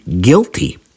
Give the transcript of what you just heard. guilty